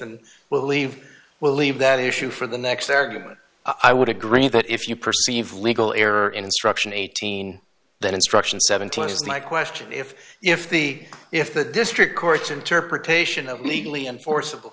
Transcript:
and we'll leave we'll leave that issue for the next argument i would agree that if you perceive legal error instruction eighteen that instruction seventeen is my question if if the if the district court's interpretation of legally enforceable